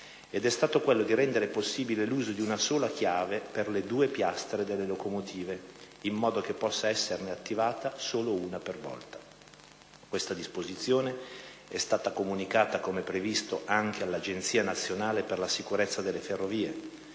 ed è stato quello di rendere possibile l'uso di una sola chiave per le due piastre delle locomotive, in modo che possa esserne attivata solo una per volta. Questa disposizione è stata comunicata, come previsto, anche all'Agenzia nazionale per la sicurezza delle ferrovie.